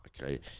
okay